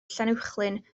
llanuwchllyn